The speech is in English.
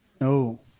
No